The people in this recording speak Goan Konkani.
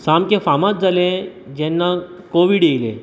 सामके फामाद जाले जेन्ना कॉवीड येयलें